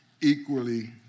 equally